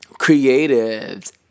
creatives